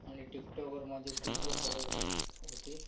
आणि टिकटॉकवर माझे टू के फॉलोअर्स होते